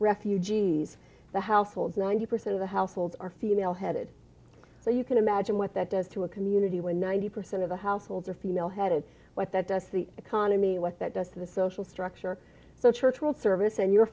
refugees the households ninety percent of the households are female headed so you can imagine what that does to a community where ninety percent of the households are female headed what that does the economy what that does to the social structure the church world service and you